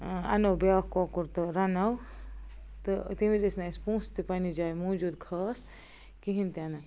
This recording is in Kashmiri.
ٲں اَنو بیٛاکھ کۄکُر تہٕ رَنو تہٕ تَمہِ وِزِۍ ٲسۍ نہٕ اسہِ پوٚنٛسہٕ تہِ پننہِ جایہِ موجود خاص کِہیٖنۍ تہِ نہٕ